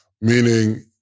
meaning